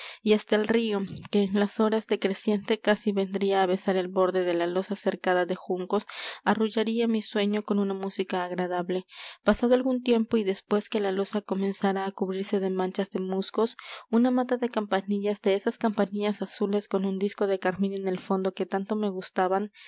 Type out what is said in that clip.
y hasta el río que en las horas de creciente casi vendría á besar el borde de la losa cercada de juncos arrullaría mi sueño con una música agradable pasado algún tiempo y después que la losa comenzara á cubrirse de manchas de musgo una mata de campanillas de esas campanillas azules con un disco de carmín en el fondo que tanto me gustaban